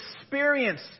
experience